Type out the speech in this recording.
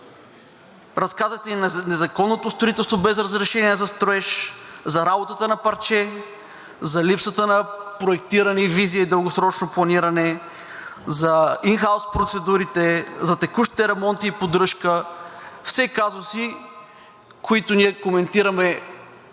Разказахте и за незаконното строителство без разрешения за строеж, за работата на парче, за липсата на проектиране и визия и дългосрочно планиране, за ин хаус процедурите, за текущите ремонти и поддръжка – все казуси, които ние коментираме